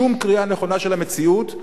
שום קריאה נכונה של המציאות.